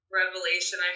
revelation